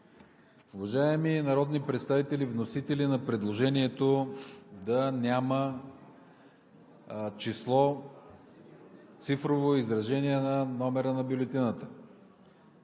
Уважаеми народни представители, вносители на предложението да няма число, цифрово изражение на номера на бюлетината!